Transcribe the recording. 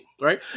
right